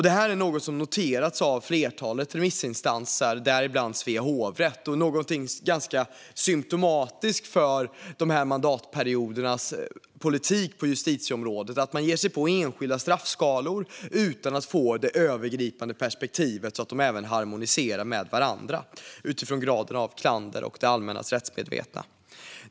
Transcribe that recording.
Detta är något som har noterats av flera remissinstanser, däribland Svea hovrätt, och något ganska symtomatiskt för politiken på justitieområdet under dessa mandatperioder: Man ger sig på enskilda straffskalor utan att få med det övergripande perspektivet för att de ska harmonisera med varandra utifrån graden av klander och det allmännas rättsmedvetande.